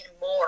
more